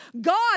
God